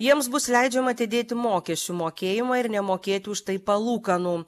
jiems bus leidžiama atidėti mokesčių mokėjimą ir nemokėti už tai palūkanų